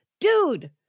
Dude